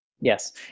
Yes